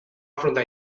enfrontar